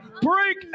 break